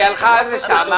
היא הלכה לשם.